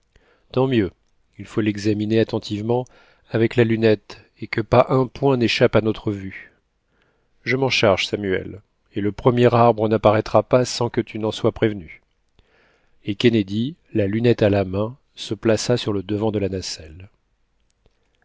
tant mieux il faut l'examiner attentivement avec la lunette et que pas un point n'échappe à notre vue je m'en charge samuel et le premier arbre n'apparaîtra pas sans que tu n'en sois prévenu et kennedy la lunette à la main se plaça sur le devant de la nacelle